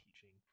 teaching